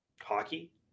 hockey